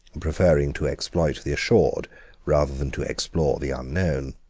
preferring to exploit the assured rather than to explore the unknown.